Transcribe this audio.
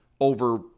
over